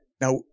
Now